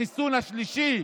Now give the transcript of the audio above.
החיסון השלישי.